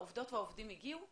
העובדים והעובדים הגיעו?